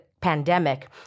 pandemic